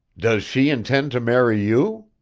does she intend to marry you?